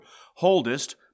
holdest